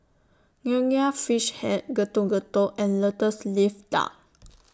Nonya Fish Head Getuk Getuk and Lotus Leaf Duck